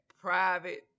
private